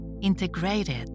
integrated